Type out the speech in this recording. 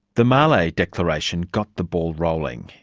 the mali declaration got the ball rolling,